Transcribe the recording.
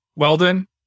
Weldon